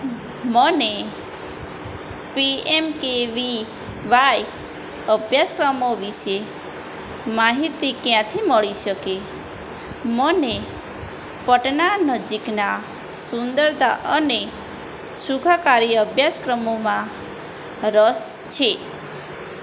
મને P M K V Y અભ્યાસક્રમો વિશે માહિતી ક્યાંથી મળી શકે મને પટના નજીકના સુંદરતા અને સુખાકારી અભ્યાસક્રમોમાં રસ છે